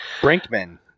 Brinkman